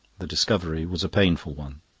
the discovery was a painful one.